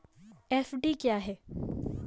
FD क्या है?